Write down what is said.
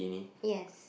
yes